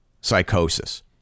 psychosis